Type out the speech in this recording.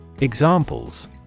Examples